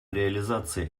реализации